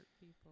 people